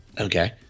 Okay